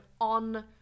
on